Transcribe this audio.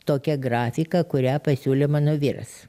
tokia grafika kurią pasiūlė mano vyras